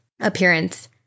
appearance